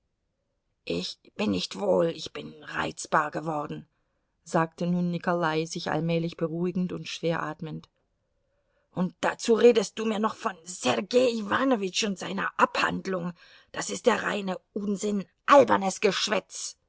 ich bin nicht wohl ich bin reizbar geworden sagte nun nikolai sich allmählich beruhigend und schwer atmend und dazu redest du mir noch von sergei iwanowitsch und seiner abhandlung das ist der reine unsinn albernes geschwätz